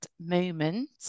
moment